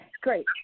great